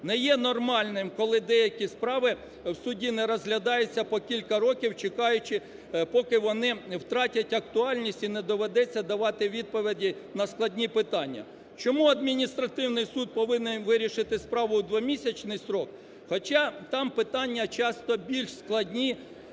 Не є нормальним, коли деякі справи в суді не розглядаються по кілька років, чекаючи поки вони втратять актуальність і не доведеться давати відповіді на складні питання. Чому адміністративний суд повинен вирішити справу у двомісячний строк, хоча там питання часто більш складні,